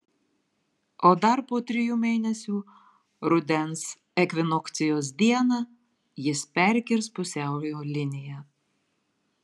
o dar po trijų mėnesių rudens ekvinokcijos dieną jis perkirs pusiaujo liniją